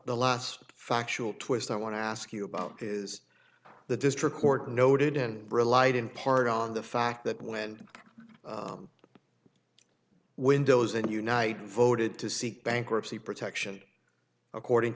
the last factual twist i want to ask you about is the district court noted in relied in part on the fact that when windows and united voted to seek bankruptcy protection according